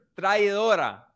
traidora